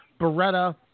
Beretta